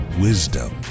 wisdom